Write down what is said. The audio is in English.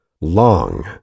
long